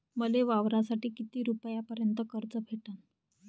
मले वावरासाठी किती रुपयापर्यंत कर्ज भेटन?